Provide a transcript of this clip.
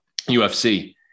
UFC